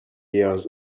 years